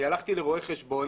הלכתי לרואה חשבון